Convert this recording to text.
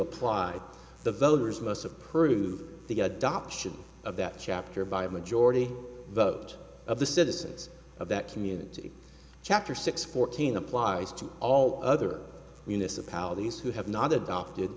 apply the voters most of prove the adoption of that chapter by a majority vote of the citizens of that community chapter six fourteen applies to all other municipalities who have not adopted